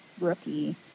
rookie